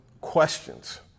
questions